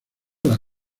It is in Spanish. las